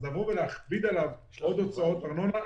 לבוא ולהכביד עליו בעוד הוצאות ארנונה?